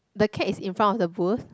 the cat is in front of the booth